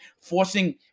forcing